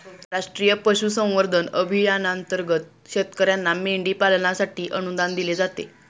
राष्ट्रीय पशुसंवर्धन अभियानांतर्गत शेतकर्यांना मेंढी पालनासाठी अनुदान दिले जाते